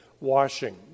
washing